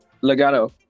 Legato